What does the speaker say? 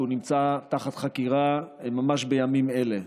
כי הוא נמצא בחקירה ממש בימים אלה.